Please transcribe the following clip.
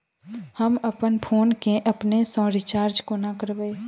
हम अप्पन फोन केँ अपने सँ रिचार्ज कोना करबै?